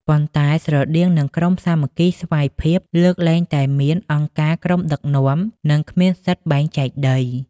ប៉ុន្តែស្រដៀងនឹងក្រុមសាមគ្គីស្វ័យភាព លើកលែងតែមានអង្គការក្រុមដឹកនាំ និងគ្មានសិទ្ធិបែងចែកដី។